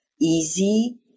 easy